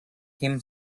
him